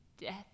death